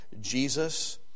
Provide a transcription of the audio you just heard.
Jesus